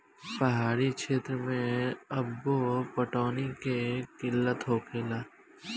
पहाड़ी क्षेत्र मे अब्बो पटौनी के किल्लत होखेला